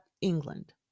england